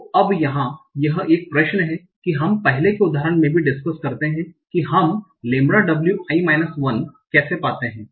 तो अब यहाँ यह एक प्रश्न है कि हम पहले के उदाहरण में भी डिस्कस करते हैं कि हम लैम्ब्डा w i माइनस 1 कैसे पाते हैं